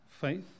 faith